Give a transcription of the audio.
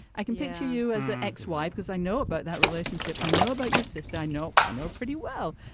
i can picture you as an ex-wife, because i know about that relationship. i know about your sister. i know i know pretty well.